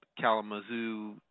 Kalamazoo